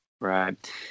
Right